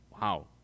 Wow